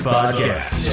Podcast